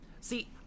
See